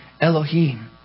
Elohim